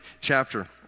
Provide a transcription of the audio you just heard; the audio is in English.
chapter